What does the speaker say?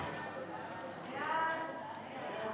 סעיפים 1 7 נתקבלו.